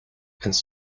and